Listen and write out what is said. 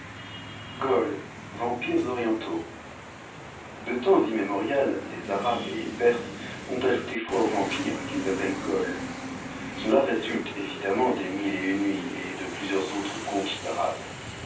vampires orientaux de temps immémorial les arabes et les perses ont ajouté foi aux vampires qu'ils appellent gholes cela résulte évidemment ùes mille et une nuits et de plusieurs autres